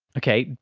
okay,